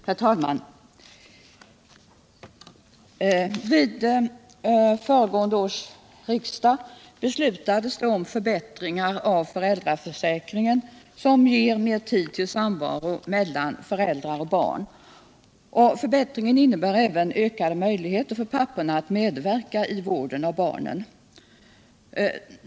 Herr talman! Vid föregående års riksdag beslöts om förbättringar av föräldraförsäkringen som ger mer tid för samvaro mellan föräldrar och barn. Förbättringarna innebär också ökade möjligheter för papporna att medverka i vården av barnen.